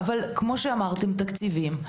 אבל כמו שאמרתם: תקציבים.